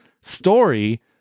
story